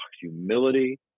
humility